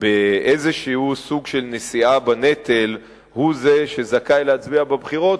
באיזה סוג של נשיאה בנטל הוא זה שזכאי להצביע בבחירות,